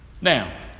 Now